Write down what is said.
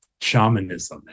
shamanism